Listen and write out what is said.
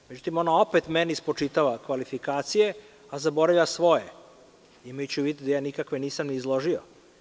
Međutim, ona opet meni spočitava kvalifikacije, a zaboravlja svoje, imajući u vidu da ja nikakve nisam izložio.